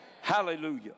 Hallelujah